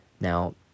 Now